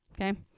Okay